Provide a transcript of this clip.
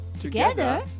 Together